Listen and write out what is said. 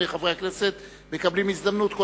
צריך לדון בנושאים נקודתיים בשאילתות רגילות.